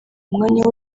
umwanya